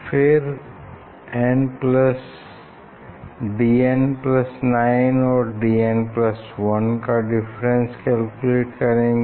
फिर Dn9 और Dn1 का डिफरेंस कैलकुलेट करेंगे